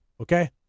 okay